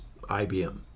IBM